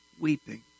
weeping